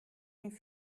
mich